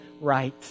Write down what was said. right